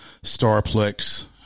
Starplex